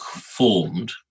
formed